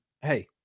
hey